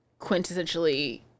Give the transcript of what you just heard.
quintessentially